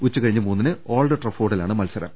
ഉച്ചകഴിഞ്ഞ് മൂന്നിന് ഓൾഡ് ട്രഫോഡിലാണ് മത്സരം